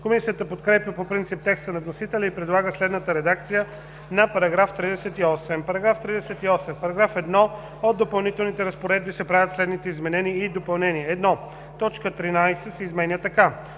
Комисията подкрепя по принцип текста на вносителя и предлага следната редакция на § 38: „§ 38. В § 1 от допълнителните разпоредби се правят следните изменения и допълнения: 1. Точка 13 се изменя така: